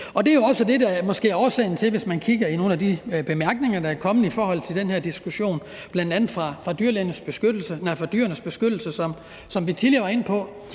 Det er også det, der måske er årsagen til det, hvis man kigger i nogle af de bemærkninger, der er kommet i forhold til den her diskussion, bl.a. fra Dyrenes Beskyttelse, som vi tidligere var inde på.